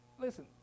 Listen